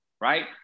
right